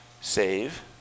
Save